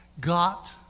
got